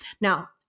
Now